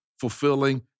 fulfilling